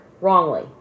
wrongly